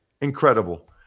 Incredible